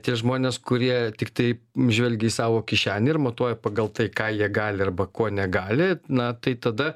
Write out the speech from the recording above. tie žmonės kurie tiktai žvelgia į savo kišenę ir matuoja pagal tai ką jie gali arba ko negali na tai tada